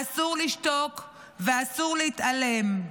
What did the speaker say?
אסור לשתוק ואסור להתעלם.